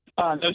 No